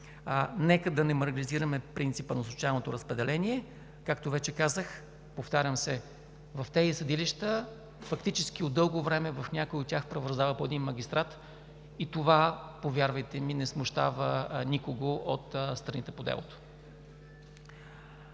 Нека да не маргинализираме принципа на случайното разпределение, както вече казах, повтарям се, в някои от тези съдилища от дълго време фактически правораздава по един магистрат и това, повярвайте ми, не смущава никого от страните по делото.